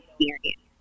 experience